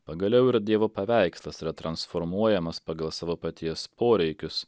pagaliau ir dievo paveikslas yra transformuojamas pagal savo paties poreikius